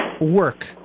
work